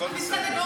הכול בסדר.